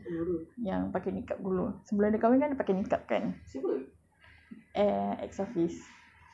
masa yang si nurul tu kan then yang pakai niqab dulu sebelum dia kahwin kan dia pakai niqab kan